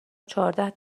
چهارده